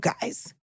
guys